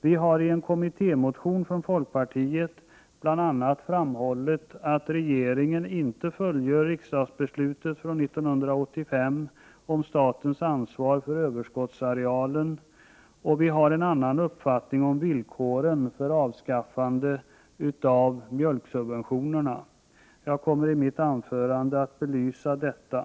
Vi har i en kommittémotion från folkpartiet framhållit bl.a. att regeringen inte fullgör riksdagsbeslutet från 1985 om statens ansvar för överskottsarealen och att vi har en annan uppfattning om villkoren för avskaffandet av mjölksubventionerna. Jag kommer i mitt anförande att belysa detta.